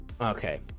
Okay